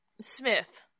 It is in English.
Smith